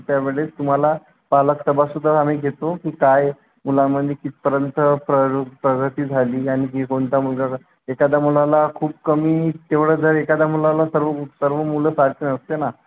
त्यावेळेस तुम्हाला पालक सभासुद्धा आम्ही घेतो की काय मुलांमध्ये कितीपर्यंत प्रर् प्रगती झाली आणखी कोणता मुलगा क एखाद्या मुलाला खूप कमी तेवढं तर एखादा मुलाला सर्व मु सर्व मुलं सारखं नसते ना